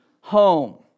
home